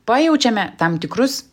pajaučiame tam tikrus